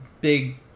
big